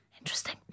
Interesting